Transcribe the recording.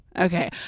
okay